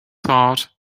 heart